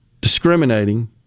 discriminating